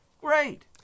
Great